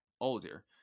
older